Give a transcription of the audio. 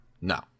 No